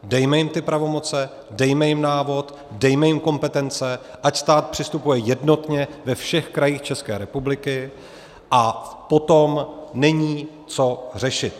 Dejme jim ty pravomoce, dejme jim návod, dejme jim kompetence, ať stát přistupuje jednotně ve všech krajích České republiky, a potom není co řešit.